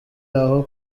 aho